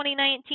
2019